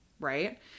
Right